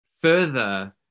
further